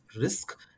risk